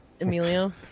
Emilio